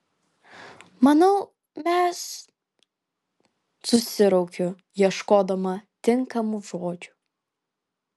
manau mes susiraukiu ieškodama tinkamų žodžių